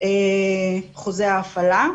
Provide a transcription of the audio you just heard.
חוזה ההפעלה.